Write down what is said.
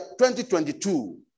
2022